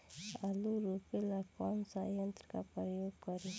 आलू रोपे ला कौन सा यंत्र का प्रयोग करी?